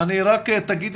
אני אומרת